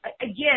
again